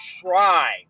try